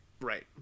Right